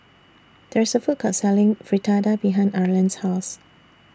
There IS A Food Court Selling Fritada behind Arland's House